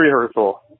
rehearsal